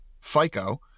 FICO